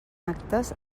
actes